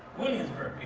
williamsburg